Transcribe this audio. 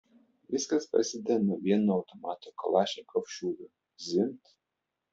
viskas prasideda nuo vieno automato kalašnikov šūvio zvimbt